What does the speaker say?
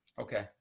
Okay